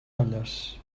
olles